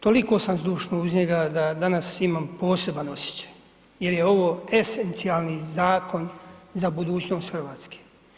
Toliko sam zdušno uz njega da danas imam poseban osjećaj jer je ovo esencijalni zakon za budućnost Hrvatske.